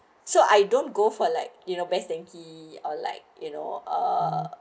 so I don't go for like you know Best Denki or like you know uh